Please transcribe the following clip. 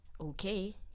okay